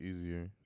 easier